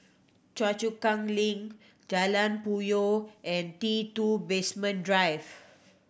Choa Chu Kang Link Jalan Puyoh and T Two Basement Drive